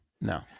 No